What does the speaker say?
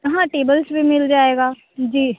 हाँ टेबल्स भी मिल जाएंगे जी